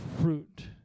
fruit